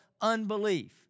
unbelief